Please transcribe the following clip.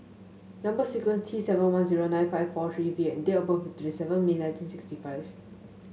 number sequence T seven one zero nine five four three V and date of birth twenty seven May nineteen sixty five